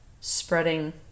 spreading